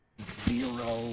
zero